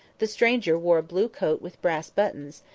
the stranger wore a blue coat with brass buttons,